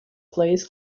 plays